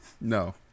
No